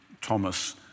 Thomas